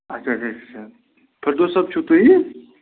اَچھا اَچھا اَچھا فِردوس صٲب چھُو تُہی